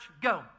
Go